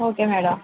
okay madam